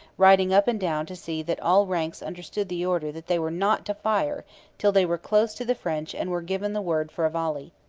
riding up and down to see that all ranks understood the order that they were not to fire till they were close to the french and were given the word for a volley.